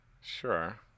Sure